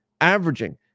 averaging